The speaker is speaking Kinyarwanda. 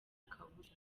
kabuza